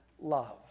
love